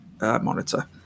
monitor